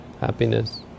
happiness